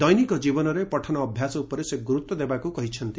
ଦୈନିକ ଜୀବନରେ ପଠନ ଅଭ୍ୟାସ ଉପରେ ସେ ଗୁରୁତ୍ ଦେବାକୁ କହିଛନ୍ତି